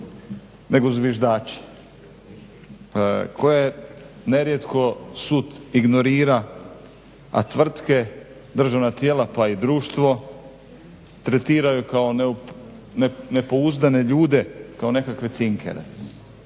nego zviždači koje nerijetko sud ignorira, a tvrtke, državna tijela pa i društvo tretira ih kao nepouzdane ljude kao nekakve cinkere.